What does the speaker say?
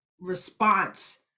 response